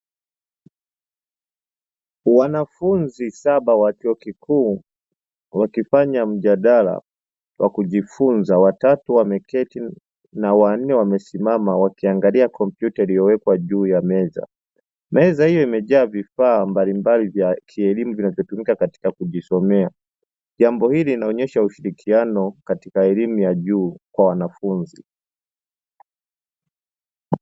Wanafunzi saba wa chuo kikuu wakifanya mjadala watatu wakisimama